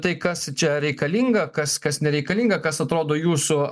tai kas čia reikalinga kas kas nereikalinga kas atrodo jūsų